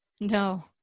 No